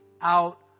out